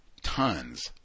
tons